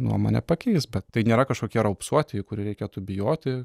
nuomonę pakeis bet tai nėra kažkokie raupsuotieji kurių reikėtų bijoti